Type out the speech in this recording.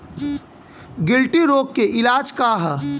गिल्टी रोग के इलाज का ह?